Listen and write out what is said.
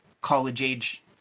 college-age